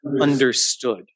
understood